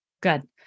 Good